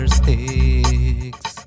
sticks